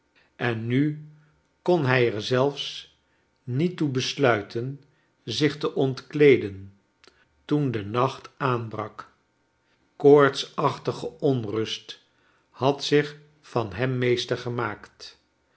en nu kon hij er zelfs niet toe besluiten zich te ontkleeden toen de nacht aanbrak koortsachtige onrust had zich van hem meester gemaakt